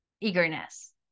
eagerness